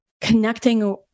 connecting